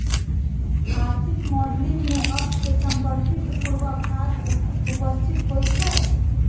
आर्थिक मॉडलिंग में अर्थ से संपर्कित पूर्वाभास उपस्थित होइ छइ